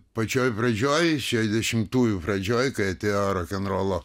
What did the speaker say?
pačioj pradžioj šešiasdešimtųjų pradžioj kai atėjo rokenrolo